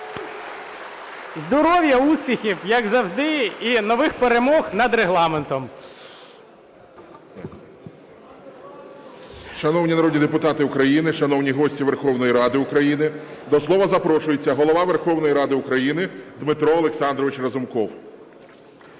Здоров'я, успіхів, як завжди, і нових перемог над Регламентом.